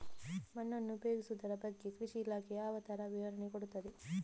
ಮಣ್ಣನ್ನು ಉಪಯೋಗಿಸುದರ ಬಗ್ಗೆ ಕೃಷಿ ಇಲಾಖೆ ಯಾವ ತರ ವಿವರಣೆ ಕೊಡುತ್ತದೆ?